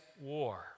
war